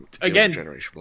again